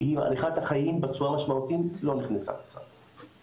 שמאריכה את החיים בצורה משמעותית, לא נכנסה לסל.